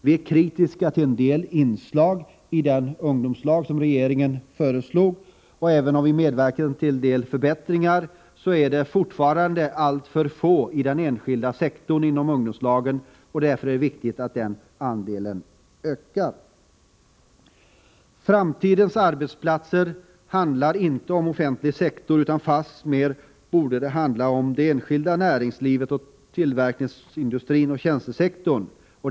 Vi var kritiska till en del inslag i den proposition om ungdomslag som regeringen lade fram. Även om det har skett en del förbättringar är det fortfarande alltför få ungdomar i ungdomslag inom den enskilda sektorn. Det är därför angeläget att den andelen ökar. Det handlar inte om den offentliga sektorn när vi talar om framtidens arbetsplatser, utan fastmer om det enskilda näringslivet, och då särskilt tillverkningsindustrin och tjänstesektorn.